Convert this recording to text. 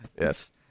Yes